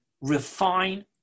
refine